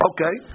Okay